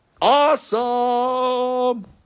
awesome